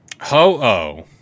Ho-Oh